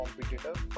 competitor